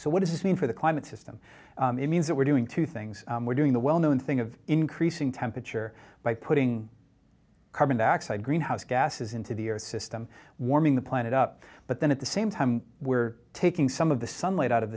so what does this mean for the climate system it means that we're doing two things we're doing the well known thing of increasing temperature by putting carbon dioxide greenhouse gases into the earth's system warming the planet up but then at the same time we're taking some of the sunlight out of